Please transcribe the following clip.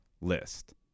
list